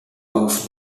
off